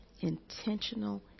intentional